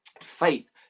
faith